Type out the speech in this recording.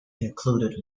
included